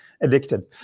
Addicted